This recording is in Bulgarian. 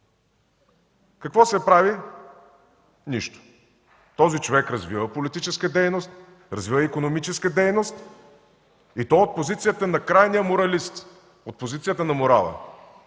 Какво се прави? Нищо. Този човек развива политическа дейност, развива икономическа дейност и то от позицията на крайния моралист, от позицията на морала.